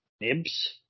Nibs